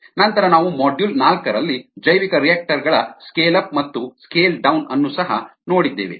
ನಂತರ ನಾವು ಮಾಡ್ಯೂಲ್ ನಾಲ್ಕರಲ್ಲಿ ಜೈವಿಕರಿಯಾಕ್ಟರ್ ಗಳ ಸ್ಕೇಲ್ ಅಪ್ ಮತ್ತು ಸ್ಕೇಲ್ ಡೌನ್ ಅನ್ನು ಸಹ ನೋಡಿದ್ದೇವೆ